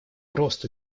росту